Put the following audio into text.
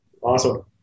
Awesome